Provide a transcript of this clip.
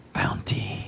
bounty